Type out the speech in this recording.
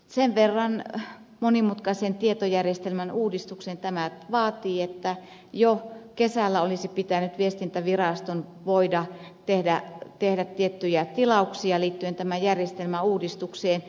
sen verran monimutkaisen tietojärjestelmän uudistuksen tämä vaatii että jo kesällä olisi pitänyt viestintäviraston voida tehdä tiettyjä tilauksia liittyen tämän järjestelmän uudistukseen